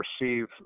receive